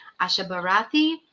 Ashabarathi